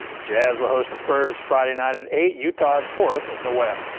jazz will host the spurs friday night at eight utah's fourth in the west.